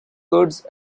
goods